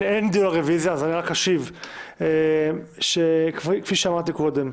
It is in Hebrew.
אין דיון על הרביזיה אז אני רק אשיב שכפי שאמרתי קודם,